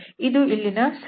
ಇದು ಇಲ್ಲಿನ ಸನ್ನಿವೇಶ